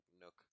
nook